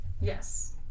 yes